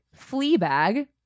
Fleabag